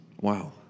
wow